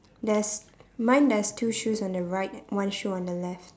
there's mine there's two shoes on the right one shoe on the left